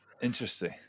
Interesting